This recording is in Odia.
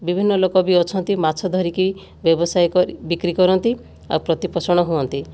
ବିଭିନ୍ନ ଲୋକ ବି ଅଛନ୍ତି ମାଛ ଧରିକି ବ୍ୟବସାୟ କରି ବିକ୍ରି କରନ୍ତି ଆଉ ପ୍ରତିପୋଷଣ ହୁଅନ୍ତି